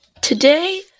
Today